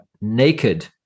naked